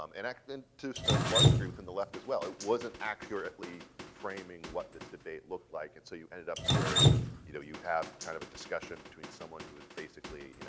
um and and, to a large degree, within the left as well. it wasn't accurately framing what this debate looked like. and so you ended up where you know you have kind of a discussion between someone who is basically